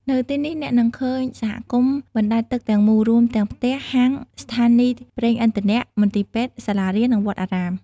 នៅទីនេះ អ្នកនឹងឃើញសហគមន៍បណ្តែតទឹកទាំងមូល រួមទាំងផ្ទះ ហាង ស្ថានីយ៍ប្រេងឥន្ធនៈ មន្ទីរពេទ្យ សាលារៀន និងវត្តអារាម។